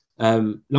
Long